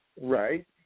Right